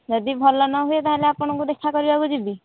ଯଦି ଭଲ ନ ହୁଏ ତା'ହେଲେ ଆପଣଙ୍କୁ ଦେଖାକରିବାକୁ ଯିବି